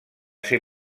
ser